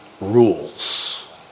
rules